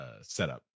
setup